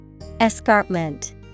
Escarpment